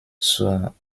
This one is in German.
zur